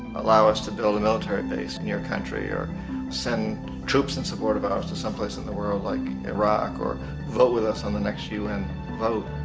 allow us to build a military base in your country, or send troops in support of ours to someplace in the world like iraq, or vote with us in the next un vote,